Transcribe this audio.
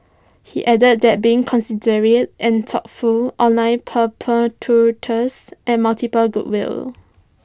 he added that being considerate and thoughtful online perpetuates and multiples goodwill